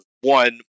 one